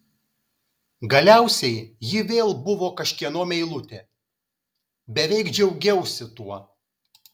galiausiai ji vėl buvo kažkieno meilutė beveik džiaugiausi tuo